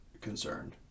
concerned